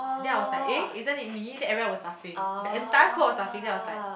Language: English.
then I was like eh isn't it me then everyone was laughing the entire court was laughing then I was like